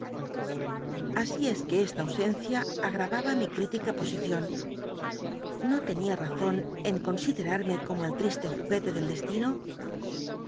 así es que esta ausencia agr waba mi ct'ílica posicion no tenia razonen considerarme como el triste juguete del destino